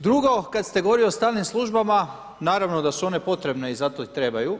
Drugo, kada ste govorili o stalnim službama, naravno da su one potrebne i zato ih trebaju.